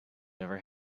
never